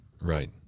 Right